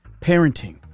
Parenting